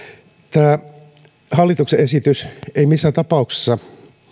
tämä hallituksen esitys ei missään tapauksessa